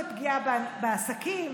זה פגיעה בעסקים,